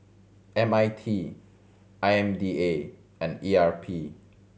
M I T I M D A and E R P